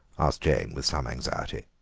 asked jane with some anxiety.